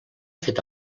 fet